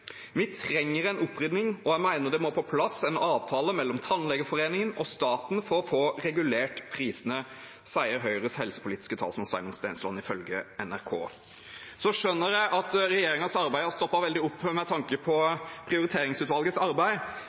trenger en opprydning, og jeg mener det må på plass en avtale mellom Tannlegeforeningen og staten for å få regulert prisene.» Så skjønner jeg at regjeringens arbeid har stoppet veldig opp, med tanke på prioriteringsutvalgets arbeid,